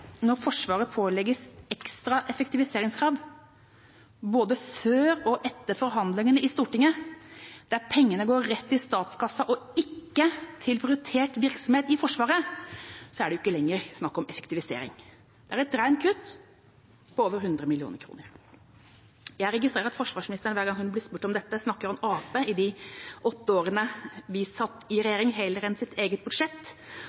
når Forsvaret pålegges ekstra effektiviseringskrav både før og etter forhandlingene i Stortinget og pengene går rett til statskassa og ikke til prioritert virksomhet i Forsvaret, er det ikke lenger snakk om effektivisering. Det er et rent kutt på over 100 mill. kr. Jeg registrerer at forsvarsministeren hver gang hun blir spurt om dette, snakker om Arbeiderpartiet i de åtte årene vi satt i regjering, heller enn om sitt eget budsjett